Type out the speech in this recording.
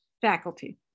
faculty